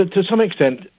ah to some extent,